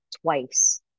twice